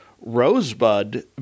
Rosebud